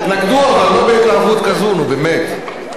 תתנגדו, אבל לא בהתלהבות כזו, נו באמת.